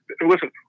listen